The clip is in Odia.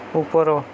ଉପର